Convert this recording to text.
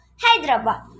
Hyderabad